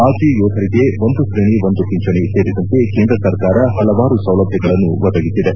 ಮಾಜಿ ಯೋಧರಿಗೆ ಒಂದು ಶ್ರೇಣಿ ಒಂದು ಪಿಂಚಣಿ ಸೇರಿದಂತೆ ಕೇಂದ್ರ ಸರ್ಕಾರ ಹಲವಾರು ಸೌಲಭ್ಯಗಳನ್ನು ಒದಗಿಸಿದೆ